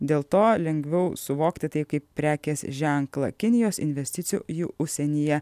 dėl to lengviau suvokti tai kaip prekės ženklą kinijos investicijų jų užsienyje